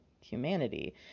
humanity